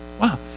Wow